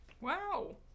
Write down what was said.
Wow